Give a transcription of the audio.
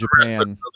Japan